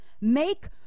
make